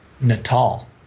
Natal